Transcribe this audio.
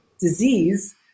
disease